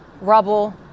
rubble